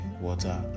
water